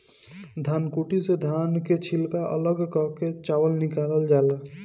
धनकुट्टी से धान कअ छिलका अलग कअ के चावल निकालल जाला